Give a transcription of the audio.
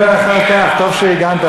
ביני לבינך נדבר אחר כך.